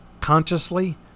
consciously